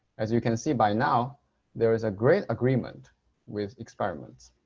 as you can see by now there is a great agreement with experiments.